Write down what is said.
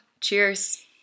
Cheers